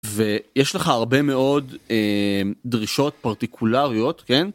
ויש לך הרבה מאוד דרישות פרטיקולריות, כן?